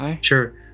Sure